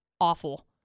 awful